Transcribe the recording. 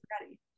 ready